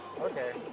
Okay